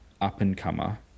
up-and-comer